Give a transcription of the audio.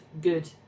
good